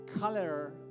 Color